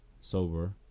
sober